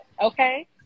Okay